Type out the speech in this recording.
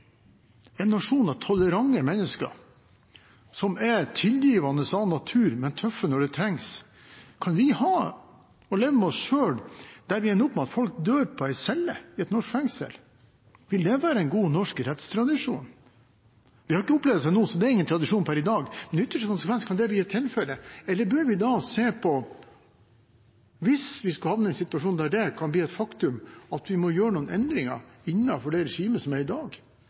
en nasjon av tolerante mennesker, som er tilgivende av natur, men tøffe når det trengs, leve med at vi ender opp med at folk dør på en celle i et norsk fengsel? Vil det være en god norsk rettstradisjon? Vi har ikke opplevd det til nå, så det er ingen tradisjon per i dag, men i ytterste konsekvens kan det bli tilfellet. Eller bør vi se på, hvis vi skulle havne i en situasjon der det kan bli faktum, om vi bør gjøre noen endringer innenfor det regimet som er i dag?